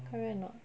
correct or not